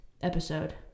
episode